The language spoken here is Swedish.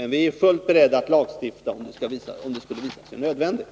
Men vi är fullt beredda att lagstifta, om det skulle visa sig nödvändigt.